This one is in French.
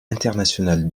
international